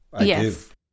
Yes